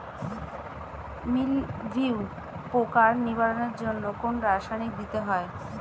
মিলভিউ পোকার নিবারণের জন্য কোন রাসায়নিক দিতে হয়?